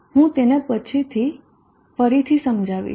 હું તેને પછીથી ફરીથી સમજાવીશ